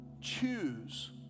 choose